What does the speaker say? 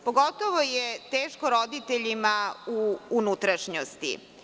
Pogotovo je teško roditeljima u unutrašnjosti.